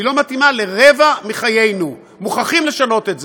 היא לא מתאימה לרבע מחיינו, מוכרחים לשנות את זה.